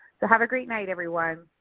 so have a great night, everyone.